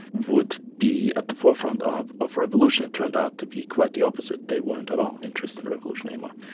would be at the forefront of of revolution and turned out to be quite the opposite, they weren't at all interested in revolution anymore.